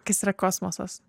kas yra kosmosas